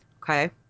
Okay